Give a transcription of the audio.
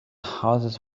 houses